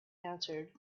answered